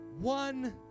one